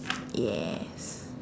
yes